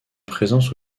présence